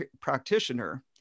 practitioner